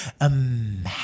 Imagine